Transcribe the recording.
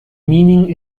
meaning